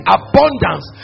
abundance